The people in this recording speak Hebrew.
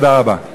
תודה רבה.